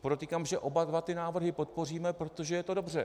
Podotýkám, že oba dva ty návrhy podpoříme, protože je to dobře.